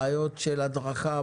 בעיות של הדרכת נהגים,